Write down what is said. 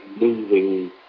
moving